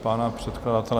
Pan předkladatel?